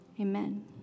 Amen